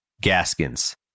Gaskins